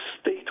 state